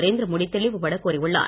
நரேந்திர மோடி தெளிவுப்பட கூறியுள்ளார்